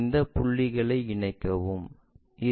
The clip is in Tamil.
இந்தப் புள்ளிகளை இணைக்கவும்